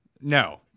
No